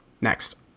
Next